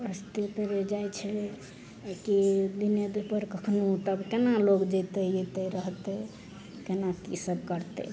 रस्ते पेरे जाइ छै की दिने दुपहर कखनो तब केना लोग जेतय अयतय रहतय केना की सब करतय